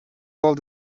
world